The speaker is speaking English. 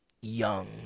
young